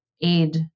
aid